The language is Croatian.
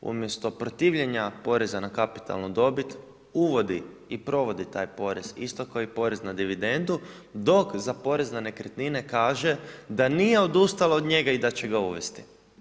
Umjesto protivljenja poreza na kapitalnu dobit uvodi i provodi taj porez isto kao i porez na dividendu dok za porez na nekretnine kaže da nije odustala od njega i da će ga uvesti.